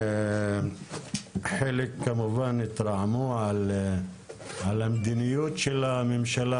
חלק כמובן התרעמו על המדיניות של הממשלה,